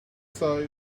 sight